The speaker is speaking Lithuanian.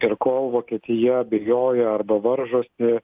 ir kol vokietija abejoja arba varžosi